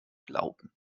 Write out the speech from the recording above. glauben